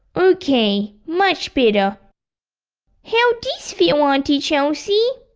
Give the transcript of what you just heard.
ok, much better how this feel, auntie chelsea?